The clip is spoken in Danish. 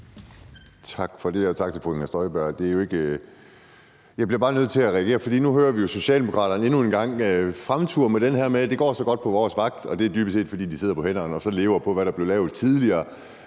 Tak for det, og tak til fru Inger Støjberg. Jeg er nødt til at reagere, for nu hører vi Socialdemokraterne endnu en gang fremture med den her med, at det går så godt på deres vagt. Det er jo dybest set, fordi de sidder på hænderne og så lever på, hvad der er blevet lavet tidligere.